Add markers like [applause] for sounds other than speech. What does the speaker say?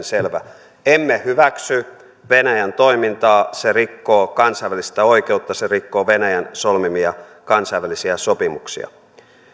[unintelligible] selvä emme hyväksy venäjän toimintaa se rikkoo kansainvälistä oikeutta se rikkoo venäjän solmimia kansainvälisiä sopimuksia